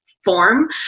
Form